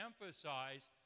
emphasize